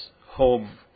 home